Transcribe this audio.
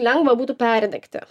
lengva būtų perdegti